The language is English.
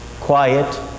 quiet